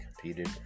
competed